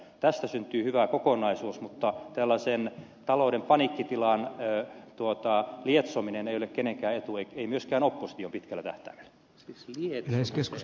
tästä syntyy hyvä kokonaisuus mutta tällaisen talouden paniikkitilan lietsominen ei ole kenenkään etu ei myöskään opposition etu pitkällä tähtäimellä